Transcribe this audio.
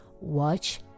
watch